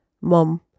mom